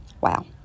wow